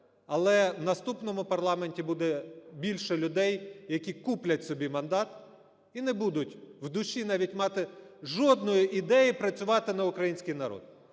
але в наступному парламенті буде більше людей, які куплять собі мандат і не будуть в душі навіть мати жодної ідеї працювати на український народ,